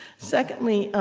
secondly,